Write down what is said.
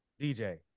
DJ